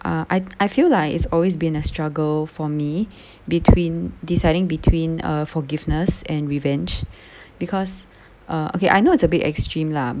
uh I I feel like it's always been a struggle for me between deciding between uh forgiveness and revenge because uh okay I know it's a bit extreme lah